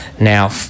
Now